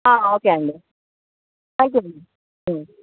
okay అండీ thank you